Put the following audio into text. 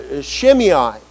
Shimei